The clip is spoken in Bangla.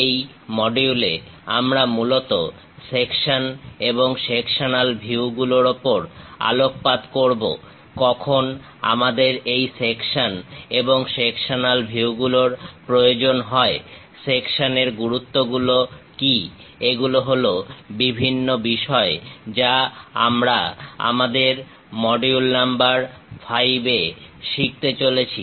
এই মডিউলে আমরা মূলত সেকশন এবং সেকশনাল ভিউ গুলোর উপর আলোকপাত করবো কখন আমাদের এই সেকশন এবং সেকশনাল ভিউর প্রয়োজন হয় সেকশনের গুরুত্বগুলো কি এগুলো হলো বিভিন্ন বিষয় যা আমরা আমাদের মডিউল নাম্বার 5 এ শিখতে চলেছি